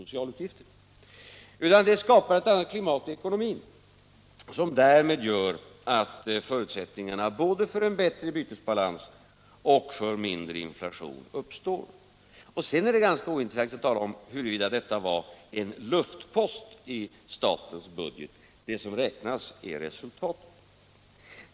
En minskning av budgetunderskottet skapar ett annat klimat i ekonomin som gör att förutsättningarna både för en bättre bytesbalans och för mindre inflation uppstår. Sedan är det ganska ointressant att tala om huruvida detta var en ”luftpost” i statens budget. Det som räknas är resultatet.